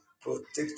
protect